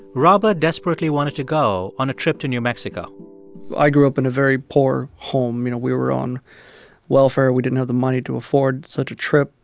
robert desperately wanted to go on a trip to new mexico i grew up in a very poor home you know we were on welfare. we didn't have the money to afford such a trip.